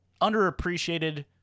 underappreciated